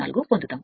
04 పొందుతోంది